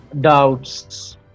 doubts